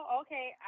okay